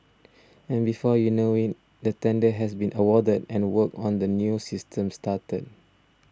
and before you know it the tender has been awarded and work on the new system started